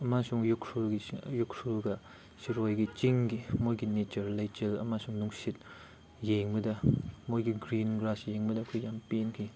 ꯑꯃꯁꯨꯡ ꯎꯈ꯭ꯔꯨꯜꯒ ꯁꯤꯔꯣꯏꯒꯤ ꯆꯤꯡꯒꯤ ꯃꯣꯏꯒꯤ ꯅꯦꯆꯔ ꯂꯩꯆꯤꯜ ꯑꯃꯁꯨꯡ ꯅꯨꯡꯁꯤꯠ ꯌꯦꯡꯕꯗ ꯃꯣꯏꯒꯤ ꯒ꯭ꯔꯤꯟ ꯒ꯭ꯔꯥꯁ ꯌꯦꯡꯕꯗ ꯑꯩꯈꯣꯏ ꯌꯥꯝ ꯄꯦꯟꯈꯤ